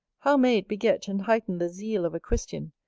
how may it beget and heighten the zeal of a christian,